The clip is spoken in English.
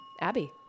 Abby